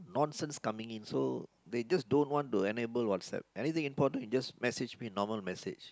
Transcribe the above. nonsense coming in so they just don't want to enable WhatsApp up anything important you just message me normal message